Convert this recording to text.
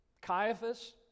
Caiaphas